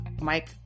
Mike